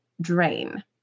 drain